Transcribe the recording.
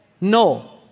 No